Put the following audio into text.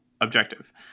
objective